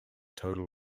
total